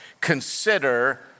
consider